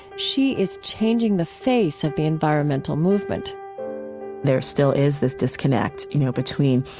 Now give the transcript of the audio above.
she is changing the face of the environmental movement there still is this disconnect, you know, between,